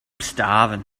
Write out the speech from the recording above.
starving